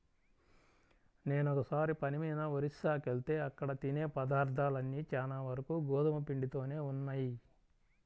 నేనొకసారి పని మీద ఒరిస్సాకెళ్తే అక్కడ తినే పదార్థాలన్నీ చానా వరకు గోధుమ పిండితోనే ఉన్నయ్